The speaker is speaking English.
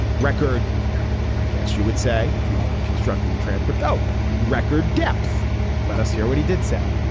record now i guess you would say if you were constructing the transcript o record depth let us hear what he did say.